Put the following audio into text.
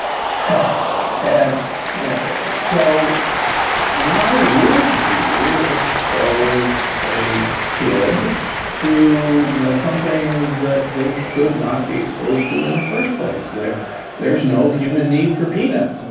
so and yeah so why would you expose a kid to you know something that they should not be exposed to in the first place? there's no human need for peanuts. and